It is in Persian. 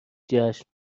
جشن